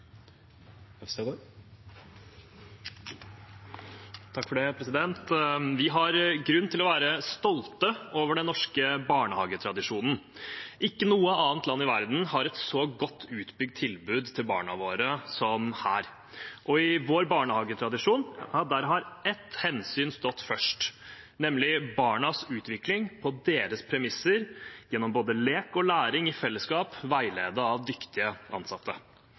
Vi har grunn til å være stolte over den norske barnehagetradisjonen. Ikke noe annet land i verden har et så godt utbygd tilbud til barna våre som vi har, og i vår barnehagetradisjon har ett hensyn stått først, nemlig barnas utvikling på deres premisser, gjennom både lek og læring i fellesskap, veiledet av dyktige ansatte.